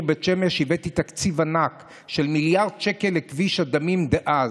בית שמש הבאתי תקציב ענק של מיליארד שקל לכביש הדמים דאז,